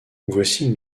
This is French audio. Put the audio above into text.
voici